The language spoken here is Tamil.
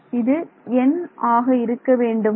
மாணவர் இது n ஆக இருக்க வேண்டுமா